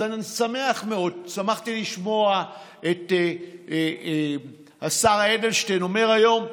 אז שמחתי לשמוע את השר אדלשטיין אומר היום: